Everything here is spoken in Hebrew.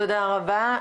תודה רבה.